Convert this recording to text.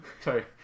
sorry